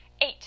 Eight